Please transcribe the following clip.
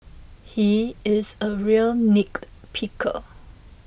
he is a real nitpicker